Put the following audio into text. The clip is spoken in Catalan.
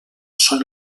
són